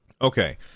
Okay